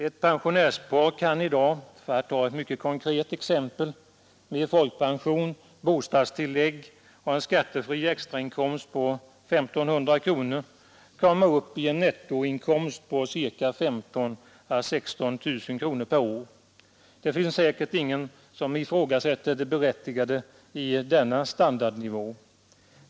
Ett pensionärspar kan i dag — för att ta ett konkret exempel — med folkpension, bostadstillägg och en skattefri extrainkomst på 1 500 kronor komma upp i en nettoinkomst på 15 000 å 16 000 kronor per år. Det finns säkert ingen som ifrågasätter det berättigade i denna standardnivå.